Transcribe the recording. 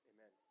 Amen